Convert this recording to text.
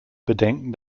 bedenken